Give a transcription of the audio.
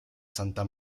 santa